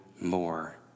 more